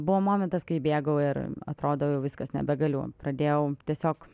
buvo momentas kai bėgau ir atrodo jau viskas nebegaliu pradėjau tiesiog